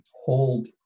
hold